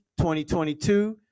2022